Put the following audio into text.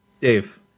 Dave